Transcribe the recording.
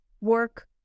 work